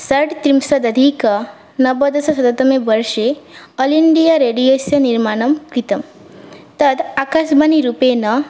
षट्त्रिंशत् अधिकनवदशशततमे वर्षे अल् इण्डिया रेडियस्य निर्माणं कृतं तत् आकाशवाणीरूपेण